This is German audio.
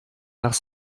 nach